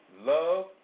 love